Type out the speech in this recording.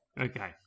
Okay